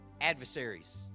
adversaries